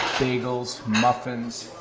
bagels, muffins,